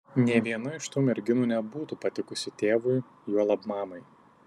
nė viena iš tų merginų nebūtų patikusi tėvui juolab mamai